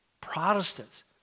Protestants